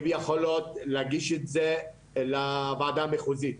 הן יכולות להגיש את זה לוועדה המחוזית.